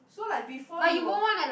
so like before you're